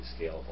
scalable